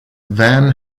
van